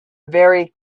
very